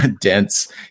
dense